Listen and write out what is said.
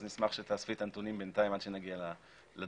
אז נשמח שתאספי בינתיים את הנתונים עד שנגיע לדברים.